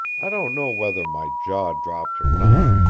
i don't know whether my jaw dropped or not.